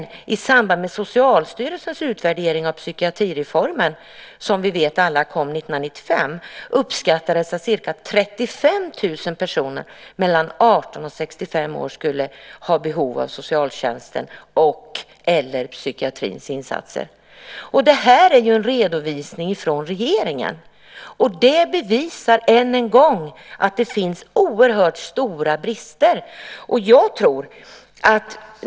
I samband med Socialstyrelsens utvärdering av psykiatrireformen" - som vi alla vet kom 1995 - "uppskattades att ca 35 000 personer mellan 18 och 65 år skulle ha behov av socialtjänstens och/eller psykiatrins insatser." Det här är ju en redovisning från regeringen. Det bevisar än en gång att det finns oerhört stora brister.